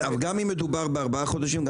גם אם מדובר בארבעה חודשים או